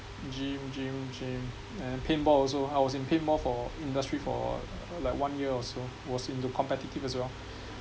gym gym gym and paintball also I was in paintball for industry for like one year also was into competitive as well